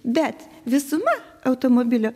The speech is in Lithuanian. bet visuma automobilio